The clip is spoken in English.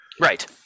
Right